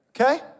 Okay